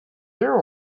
you